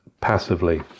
passively